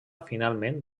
finalment